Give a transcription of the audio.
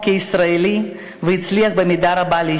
בסיפור של מיליוני אנשים שחיו בקצוות שונים של העולם,